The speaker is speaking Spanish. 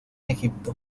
egipto